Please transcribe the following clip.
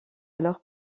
alors